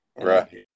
Right